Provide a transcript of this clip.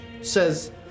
says